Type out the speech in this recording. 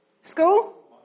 School